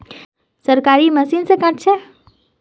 सरकारी मशीन से कार्ड छै?